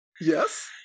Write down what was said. yes